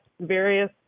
various